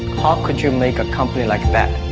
how could you make a company like that?